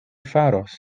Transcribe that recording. faros